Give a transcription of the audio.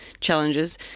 challenges